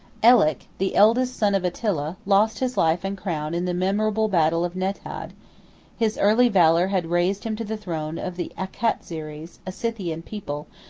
ellac, the eldest son of attila, lost his life and crown in the memorable battle of netad his early valor had raised him to the throne of the acatzires, a scythian people,